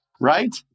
right